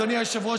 אדוני היושב-ראש,